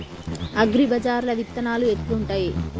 అగ్రిబజార్ల విత్తనాలు ఎట్లుంటయ్?